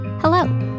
Hello